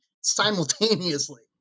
simultaneously